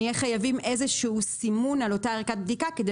נהיה חייבים איזשהו סימון על אותה ערכת בדיקה כדי